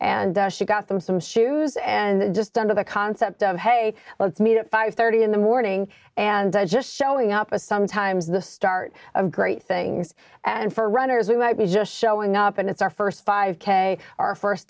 and she got them some shoes and just under the concept of hey let's meet at five thirty in the morning and just showing up a sometimes the start of great things and for runners who might be just showing up and it's our first five k our first